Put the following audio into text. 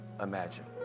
imagine